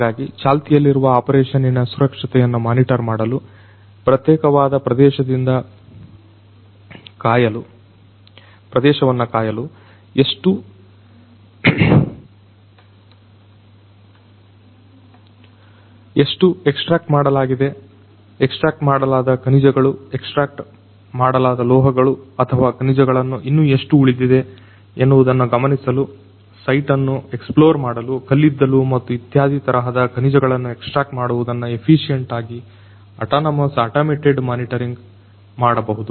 ಹಾಗಾಗಿ ಚಾಲ್ತಿಯಲ್ಲಿರುವ ಆಪರೇಷನ್ನಿನ ಸುರಕ್ಷತೆಯನ್ನು ಮಾನಿಟರ್ ಮಾಡಲು ಪ್ರತ್ಯೇಕವಾದ ಪ್ರದೇಶವನ್ನು ಕಾಯಲು ಎಷ್ಟು ಎಕ್ಸ್ಟ್ರಾಕ್ಟ್ ಮಾಡಲಾಗಿದೆ ಎಕ್ಸ್ಟ್ರಾಕ್ಟ್ ಮಾಡಲಾದ ಖನಿಜಗಳು ಎಕ್ಸ್ಟ್ರಾಕ್ಟ್ ಮಾಡಲಾದ ಲೋಹಗಳು ಅಥವಾ ಖನಿಜ ಗಳನ್ನ ಇನ್ನು ಎಷ್ಟು ಉಳಿದಿದೆ ಎನ್ನುವುದನ್ನು ಗಮನಿಸಲು ಸೈಟನ್ನು ಅನ್ನು ಎಕ್ಸ್ಪ್ಲೋರ್ ಮಾಡಲು ಕಲ್ಲಿದ್ದಲು ಮತ್ತು ಇತ್ಯಾದಿ ತರಹದ ಖನಿಜಗಳನ್ನು ಎಕ್ಸ್ಟ್ರಾಕ್ಟ್ ಮಾಡುವುದನ್ನು ಎಫಿಸಿಯೆಂಟ್ ಆಗಿ ಆಟಾನಮಸ್ ಆಟೋಮೇಟೆಡ್ ಮಾನಿಟರಿಂಗ್ ಮಾಡಬಹುದು